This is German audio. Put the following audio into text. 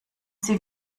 sie